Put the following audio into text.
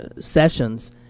Sessions